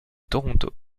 toronto